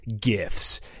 gifts